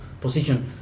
position